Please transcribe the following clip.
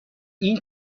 این